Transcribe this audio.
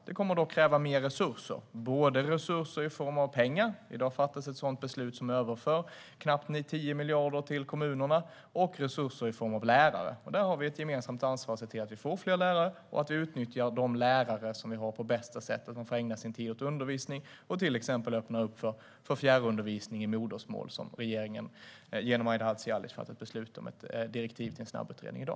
Det kommer dock att kräva mer resurser i form av pengar, och i dag fattades ett beslut att överföra knappt 10 miljarder till kommunerna. Det kommer också att kräva resurser i form av lärare. Här har vi ett gemensamt ansvar att se till att vi får fler lärare och att vi utnyttjar de lärare vi har på bästa sätt genom att de får ägna sin tid åt undervisning. Vi kan också öppna upp för fjärrundervisning i modersmål. Här har regeringen i dag genom Aida Hadzialic fattat beslut om ett direktiv till en snabbutredning.